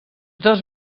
dos